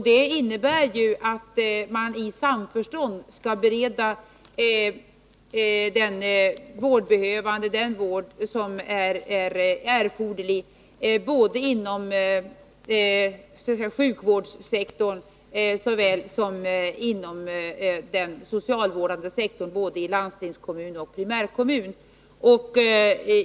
Detta innebär att man i samförstånd skall bereda den vårdbehövande den vård som är erforderlig såväl inom sjukvårdssektorn som inom den socialvårdande sektorn och både i landstingskommun och i primärkommun.